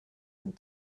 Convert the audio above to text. and